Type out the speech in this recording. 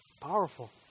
Powerful